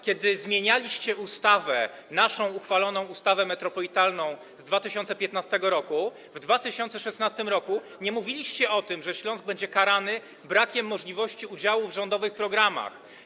Kiedy zmienialiście ustawę, naszą, uchwaloną ustawę metropolitarną z 2015 r., w 2016 r. nie mówiliście o tym, że Śląsk będzie karany brakiem możliwości udziału w rządowych programach.